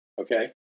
okay